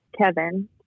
Kevin